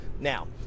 Now